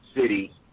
city